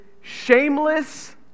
shameless